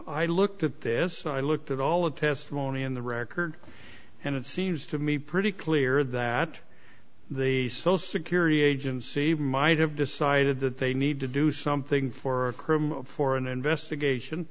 i looked at this i looked at all the testimony in the record and it seems to me pretty clear that the social security agency might have decided that they need to do something for a criminal for an investigation